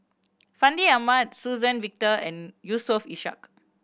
Fandi Ahmad Suzann Victor and Yusof Ishak